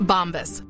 Bombas